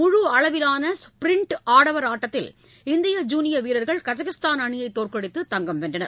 முழு அளவிலான ஸ்பிரின்ட் ஆடவர் ஆட்டத்தில் இந்திய ஜுனியர் வீரர்கள் கஜகஸ்தான் அணியை தோற்கடித்து தங்கம் வென்றது